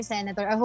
Senator